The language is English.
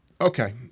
Okay